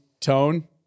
tone